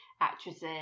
actresses